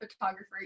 photographer